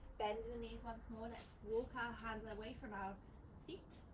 bend the knees once more. let's walk our hands and away from our feet,